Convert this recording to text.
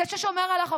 זה ששומר על החוק.